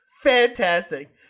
Fantastic